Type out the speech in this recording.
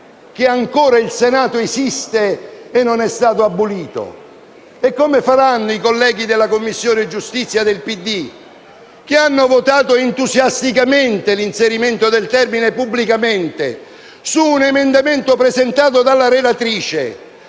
che il Senato ancora esiste e non è stato abolito? Come faranno oggi i colleghi della Commissione giustizia del Partito Democratico, che hanno votato entusiasticamente l'inserimento del termine «pubblicamente» su un emendamento presentato dalla relatrice,